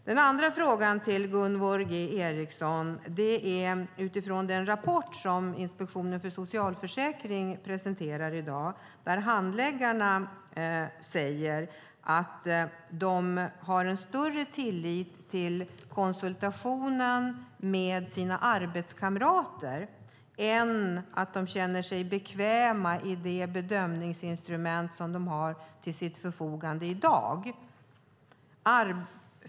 Den andra frågan till Gunvor G Ericson ställer jag utifrån den rapport som Inspektionen för socialförsäkringen presenterar i dag. Där säger handläggarna att de har större tillit till konsultationen med sina arbetskamrater än till det bedömningsinstrument som de har till sitt förfogande i dag som de inte känner sig bekväma med.